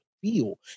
feel